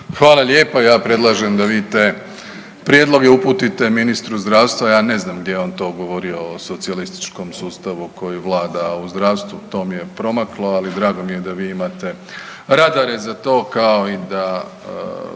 Hvala lijepa. Ja predlažem da vi te prijedloge uputite ministru zdravstva, a ja ne znam gdje je on to govorio o socijalističkom sustavu koji vlada u zdravstvu, to mi je promaklo, ali drago mi je da vi imate radare za to, kao i da